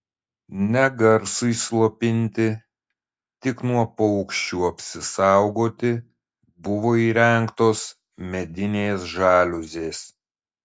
ne garsui slopinti tik nuo paukščių apsisaugoti buvo įrengtos medinės žaliuzės